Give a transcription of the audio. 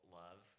love